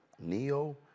Neo